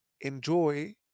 Enjoy